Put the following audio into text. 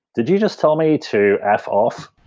did you just tell me to f off?